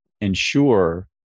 ensure